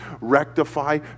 rectify